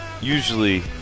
usually